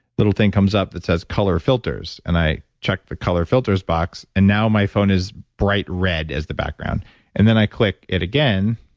little thing comes up it says, color filters, and i check the color filters box and now my phone is bright red as the background and then, i click it again,